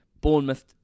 Bournemouth